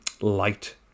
light